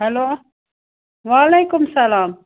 hello وعلیکُم السلام